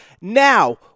Now